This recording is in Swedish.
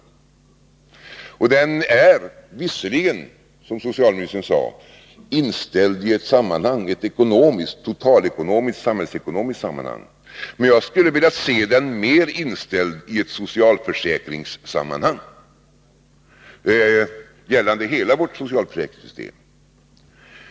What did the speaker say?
Propositionen är visserligen, som socialministern sade, inställd i ett totalekonomiskt, samhällsekonomiskt sammanhang, men jag skulle vilja se den mera inställd i ett socialförsäkringssammanhang, gällande hela vårt socialförsäkringssystem.